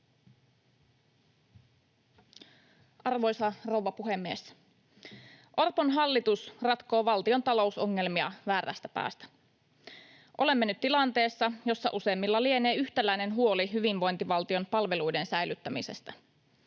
Arvoisa rouva puhemies! Orpon hallitus ratkoo valtion talousongelmia väärästä päästä. Olemme nyt tilanteessa, jossa useimmilla lienee yhtäläinen huoli hyvinvointivaltion palveluiden säilyttämisestä.